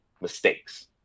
mistakes